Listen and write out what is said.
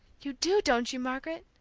you do, don't you, margaret?